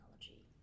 technology